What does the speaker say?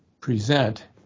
present